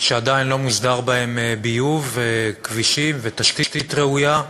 שעדיין לא מוסדר בהן ביוב וכבישים ותשתית ראויה.